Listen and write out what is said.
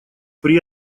при